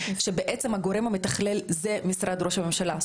שבעצם הגורם המתכלל הוא משרד ראש הממשלה.